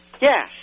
yes